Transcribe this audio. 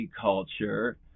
culture